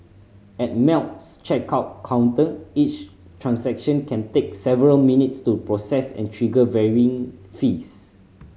at Melt's checkout counter each transaction can take several minutes to process and trigger varying fees